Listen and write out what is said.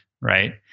right